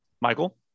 Michael